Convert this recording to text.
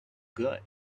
good